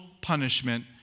punishment